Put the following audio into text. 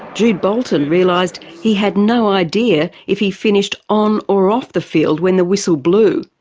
jude bolton realised he had no idea if he'd finished on or off the field when the whistle blew.